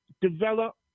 develop